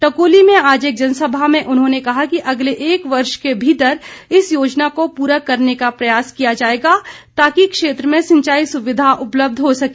टकोली में आज एक जनसभा में उन्होंने कहा कि अगले एक वर्ष के भीतर इस योजना को पूरा करने का प्रयास किया जाएगा ताकि क्षेत्र में सिंचाई सुविधा उपलब्ध हो सके